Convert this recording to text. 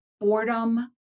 boredom